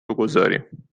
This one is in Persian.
بگذاریم